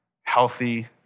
healthy